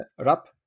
rap